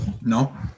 No